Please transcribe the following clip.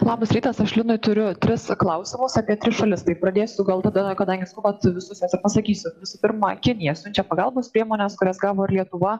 labas rytas aš linui turiu tris klausimus apie tris šalis tai pradėsiu gal tada kadangi skubat visus juos ir pasakysiu visų pirma kinija siunčia pagalbos priemones kurias gavo ir lietuva